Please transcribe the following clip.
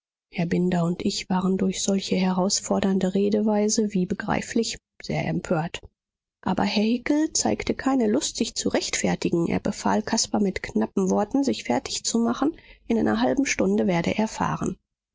herr binder und ich waren durch solche herausfordernde redeweise wie begreiflich sehr empört aber herr hickel zeigte keine lust sich zu rechtfertigen er befahl caspar in knappen worten sich fertigzumachen in einer halben stunde werde er